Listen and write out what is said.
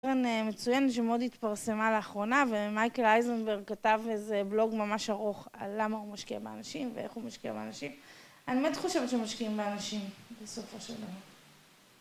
ערן מצויין שמאוד התפרסמה לאחרונה, ומייקל אייזנברג כתב איזה בלוג ממש ארוך על למה הוא משקיע באנשים ואיך הוא משקיע באנשים. אני באמת חושבת שמשקיעים באנשים בסופו של דבר.